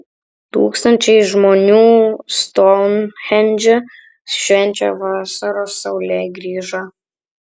tūkstančiai žmonių stounhendže švenčia vasaros saulėgrįžą